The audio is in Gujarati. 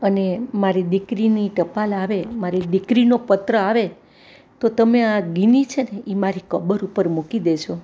અને મારી દીકરીની ટપાલ આવે મારી દીકરીનો પત્ર આવે તો તમે આ ગિની છેને એ મારી કબર ઉપર મૂકી દેજો